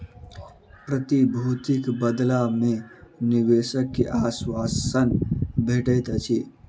प्रतिभूतिक बदला मे निवेशक के आश्वासन भेटैत अछि